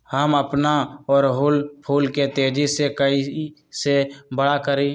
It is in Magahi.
हम अपना ओरहूल फूल के तेजी से कई से बड़ा करी?